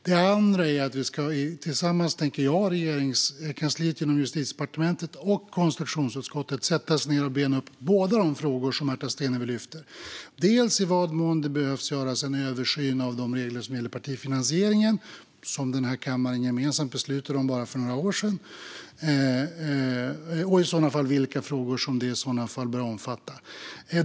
Det andra är att vi tillsammans i Regeringskansliet genom Justitiedepartementet och konstitutionsutskottet ska sätta oss ned och bena ut de frågor som Märta Stenevi lyfter fram. Det gäller i vad mån man behöver göra en översyn av de regler som gäller för partifinansieringen, något som kammaren gemensamt beslutade om för bara några år sedan, och i sådana fall vilka frågor som den bör omfatta.